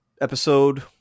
episode